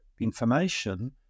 information